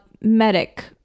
medic